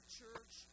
church